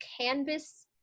canvas